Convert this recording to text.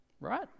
Right